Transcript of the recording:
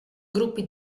gruppi